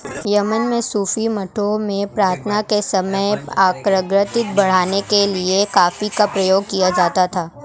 Yemen में सूफी मठों में प्रार्थना के समय एकाग्रता बढ़ाने के लिए कॉफी का प्रयोग किया जाता था